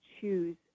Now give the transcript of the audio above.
choose